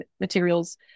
materials